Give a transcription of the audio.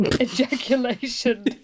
ejaculation